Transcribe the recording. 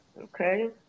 Okay